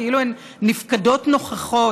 כאילו הן נפקדות נוכחות,